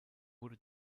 wurde